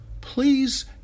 Please